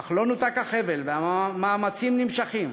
אך לא נותק החבל והמאמצים נמשכים,